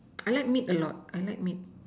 I like meat a lot I like meat